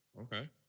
Okay